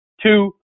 two